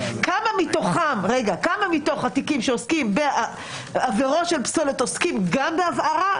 כמה מתוך התיקים שעוסקים בעבירות של פסולת עוסקים גם בהבערה?